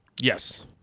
yes